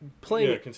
playing